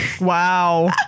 Wow